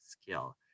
skill